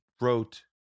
wrote